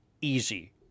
easy